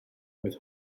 oedd